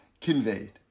conveyed